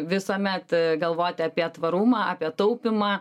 visuomet galvoti apie tvarumą apie taupymą